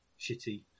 shitty